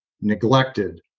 neglected